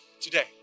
today